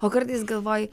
o kartais galvoji